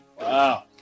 Wow